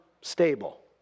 stable